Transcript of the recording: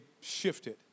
shifted